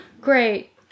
Great